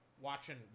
Watching